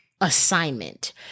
assignment